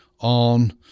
on